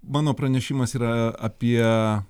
mano pranešimas yra apie